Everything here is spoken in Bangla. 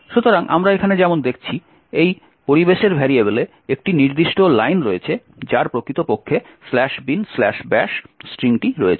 সুতরাং আমরা এখানে যেমন দেখছি এই পরিবেশের ভেরিয়েবলে একটি নির্দিষ্ট লাইন রয়েছে যার প্রকৃতপক্ষে binbash স্ট্রিং রয়েছে